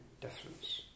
difference